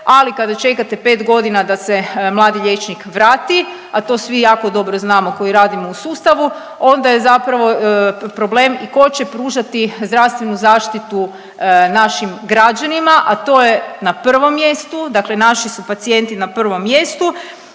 ali kada čekate pet godina da se mladi liječnik vrati, a to svi jako dobro znamo koji radimo u sustavu onda je zapravo problem i tko će pružati zdravstvenu zaštitu našim građanima, a to je na prvom mjestu, dakle naši su pacijenti na prvom mjestu